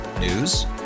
News